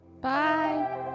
Bye